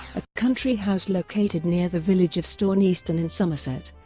a country house located near the village of ston easton in somerset,